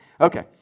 Okay